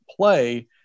play